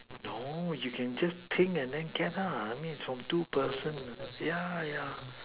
no you can just think and then get lah I mean its from two person ya ya